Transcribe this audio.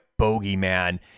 bogeyman